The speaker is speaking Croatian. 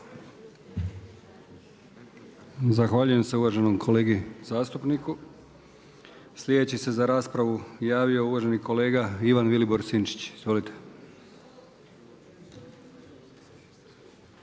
Zahvaljujem se uvaženom kolegi zastupniku. Slijedeći se za raspravu javio uvaženi kolega Ivan Vilibor Sinčić. Izvolite.